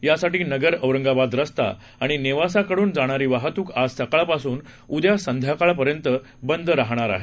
यासाठी नगर औरंगाबाद रस्ता आणि नेवासा कडून जाणारी वाहतूक आज सकाळ पासून उद्या संध्याकाळ पर्यंत बंद राहणार आहे